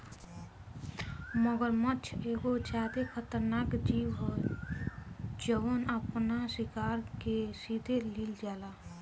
मगरमच्छ एगो ज्यादे खतरनाक जिऊ ह जवन आपना शिकार के सीधे लिल जाला